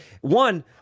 one